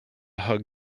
hug